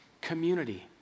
Community